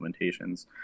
implementations